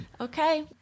Okay